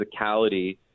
physicality